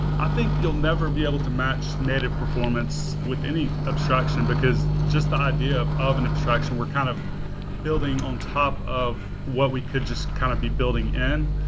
i think you'll never be able to match native performance with any abstraction, because just the idea of of an abstraction, we're kind of building on top of what we could just kind of be building in.